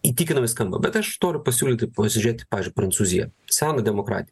įtikinamai skamba bet aš noriu pasiūlyti pasižiūrėti pavyzdžiui prancūziją seną demokratiją